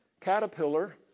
caterpillar